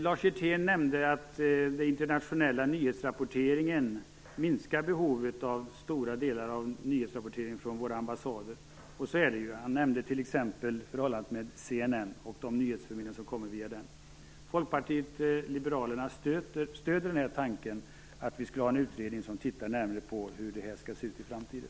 Lars Hjertén nämnde att den internationella nyhetsrapporteringen till stora delar minskar behovet av nyhetsrapportering från våra ambassader, och så är det ju. Han nämnde t.ex. den nyhetsförmedling som sker via CNN. Folkpartiet liberalerna stöder tanken på en utredning som kan titta närmare på hur det här skall se ut i framtiden.